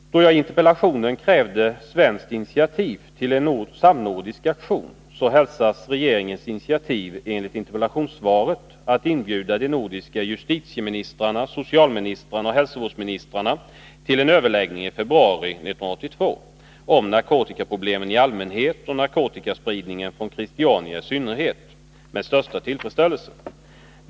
Eftersom jag i interpellationen krävde ett svenskt initiativ till en samnordisk aktion, hälsas med största tillfredsställelse regeringens initiativ enligt interpellationssvaret, att inbjuda de nordiska justitie-, socialoch hälsovårdsministrarna till en överläggning i februari 1982 om narkotikaproblemen i allmänhet och spridningen av narkotika från Christiania i synnerhet.